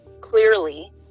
clearly